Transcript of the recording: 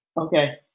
Okay